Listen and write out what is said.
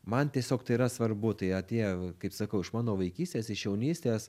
man tiesiog tai yra svarbu tai atėjo kaip sakau iš mano vaikystės iš jaunystės